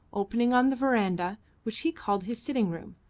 opening on the verandah, which he called his sitting-room,